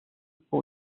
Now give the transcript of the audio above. pour